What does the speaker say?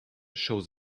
shows